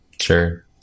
Sure